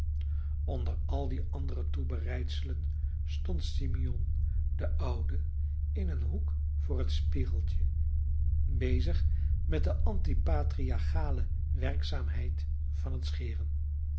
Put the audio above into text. onder al die andere toebereidselen stond simeon de oude in een hoek voor het spiegeltje bezig met de antipatriarchale werkzaamheid van het scheren